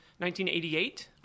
1988